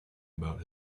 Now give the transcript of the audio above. about